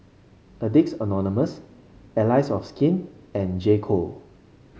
Addicts Anonymous Allies of Skin and J Co